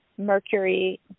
Mercury